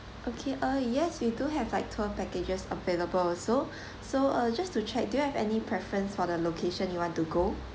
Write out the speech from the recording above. okay uh yes we do have like tour packages available so so uh just to check do you have any preference for the location you want to go